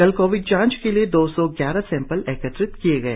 कल कोविड जांच के लिए दो सौ ग्यारह सैंपल एकत्र किए गए